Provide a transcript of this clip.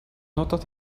notas